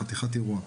זה חתיכת אירוע.